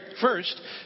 First